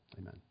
amen